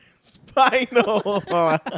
Spinal